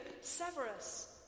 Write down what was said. Severus